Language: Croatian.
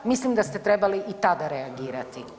Mislim da ste trebali i tada reagirati.